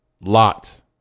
lot